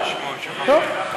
טוב.